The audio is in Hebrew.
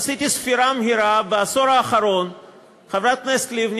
עשיתי ספירה מהירה: בעשור האחרון חברת הכנסת לבני